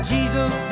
Jesus